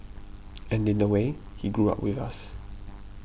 and in a way he grew up with us